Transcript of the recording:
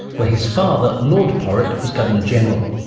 where his father, lord porritt, was governor general.